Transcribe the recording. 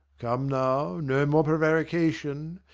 come now, no more prevarication!